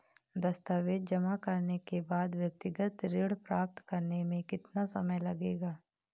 दस्तावेज़ जमा करने के बाद व्यक्तिगत ऋण प्राप्त करने में कितना समय लगेगा?